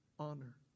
Honor